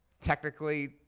technically